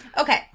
Okay